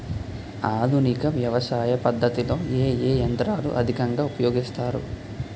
ఆధునిక వ్యవసయ పద్ధతిలో ఏ ఏ యంత్రాలు అధికంగా ఉపయోగిస్తారు?